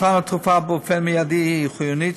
מתן התרופה באופן מיידי הוא חיוני,